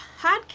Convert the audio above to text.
podcast